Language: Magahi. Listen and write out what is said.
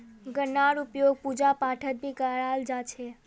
गन्नार उपयोग पूजा पाठत भी कराल जा छे